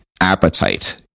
appetite